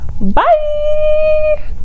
bye